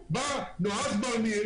בא נועז בר ניר